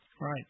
Right